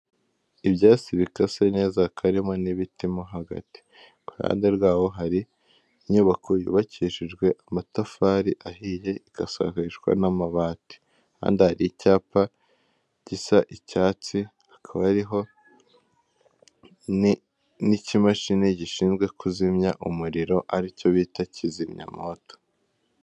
Ibyatsi bikase neza hakaba harimo n'ibiti mo hagati. Ku ruhande rwaho hari inyubako yubakishijwe amatafari ahiye, igasakarishwa n'amabati. Ahandi hari icyapa gisa icyatsi, hakaba hariho n'ikimashini gishinzwe kuzimya umuriro, aricyo bita kizimyamoto.